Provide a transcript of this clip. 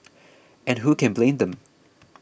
and who can blame them